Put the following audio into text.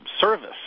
service